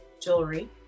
jewelry